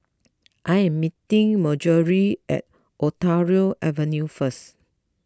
I am meeting Marjorie at Ontario Avenue first